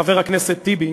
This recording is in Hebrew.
חבר הכנסת טיבי,